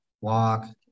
walk